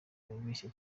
ubeshya